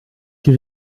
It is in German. die